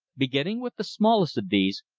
beginning with the smallest of these,